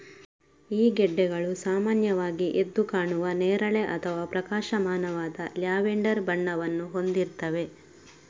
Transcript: ಈ ಗೆಡ್ಡೆಗಳು ಸಾಮಾನ್ಯವಾಗಿ ಎದ್ದು ಕಾಣುವ ನೇರಳೆ ಅಥವಾ ಪ್ರಕಾಶಮಾನವಾದ ಲ್ಯಾವೆಂಡರ್ ಬಣ್ಣವನ್ನು ಹೊಂದಿರ್ತವೆ